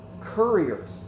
couriers